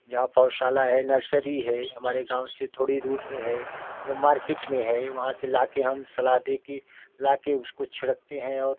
जहा पौधशाला है नर्सरी है हमारे गाँव से थोड़ी दूर पे है मार्किट में है वहाँ से ला के हम सलाह दे के लाके उसको छिड़कते हैं और